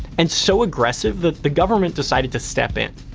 and so aggressive that the government decided to step in.